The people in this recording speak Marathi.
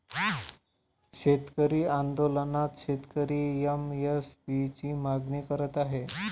शेतकरी आंदोलनात शेतकरी एम.एस.पी ची मागणी करत आहे